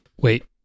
Wait